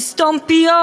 לסתום פיות.